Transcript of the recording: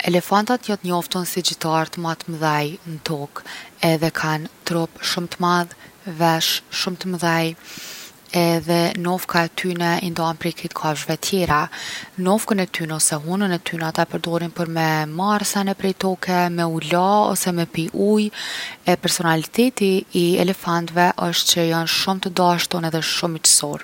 Elefantat jon t’njoftun si gjitart ma t’mdhej n’tokë, edhe kan trup shumë t’madh, veshë shumë t’mdhej edhe nofka e tyne i ndan prej krejt kafshve tjera. Nofkën e tyne ose hunën e tyne ata e përdorin për me marr sene prej toke, me u la ose me pi ujë. E personaliteti i elefantve osht që jon shumë t’dashtun edhe shumë miqsorë.